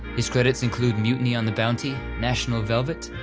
his credits include mutiny on the bounty, national velvet,